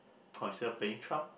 consider playing Trump